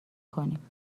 کنیم